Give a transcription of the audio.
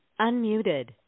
unmuted